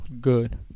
good